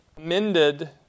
mended